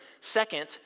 second